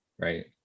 right